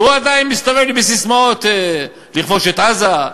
והוא עדיין מסתובב עם ססמאות: לכבוש את עזה.